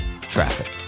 Traffic